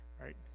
right